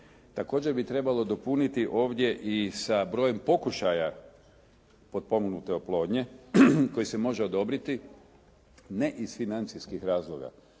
Također bi trebalo dopuniti ovdje i sa brojem pokušaja potpomognute oplodnje koji se može odobriti ne iz financijskih razloga